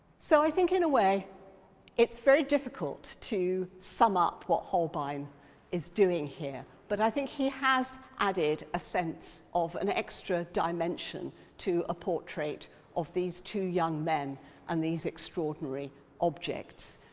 so, i think in a way it's very difficult to sum up what holbein is doing here. but i think he has added a sense of an extra dimension to a portrait of these two young men and these extraordinary objects.